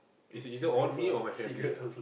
is either on me or my family lah